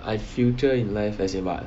my future in life as in what